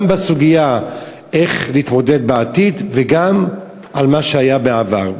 גם הסוגיה איך להתמודד בעתיד וגם מה שהיה בעבר.